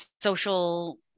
social